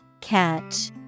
Catch